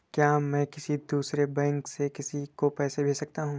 क्या मैं किसी दूसरे बैंक से किसी को पैसे भेज सकता हूँ?